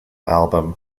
album